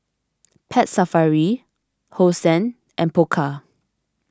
Pet Safari Hosen and Pokka